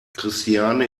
christiane